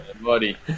Buddy